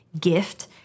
gift